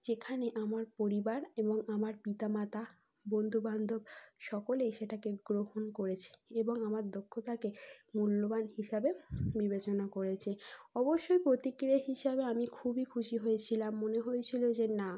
যেখানে আমার পরিবার এবং আমার পিতামাতা বন্ধুবান্ধব সকলেই সেটাকে গ্রহণ করেছে এবং আমার দক্ষতাকে মূল্যবান হিসাবে বিবেচনা করেছে অবশ্যই প্রতিক্রিয়া হিসাবে আমি খুবই খুশি হয়েছিলাম মনে হয়েছিল যে না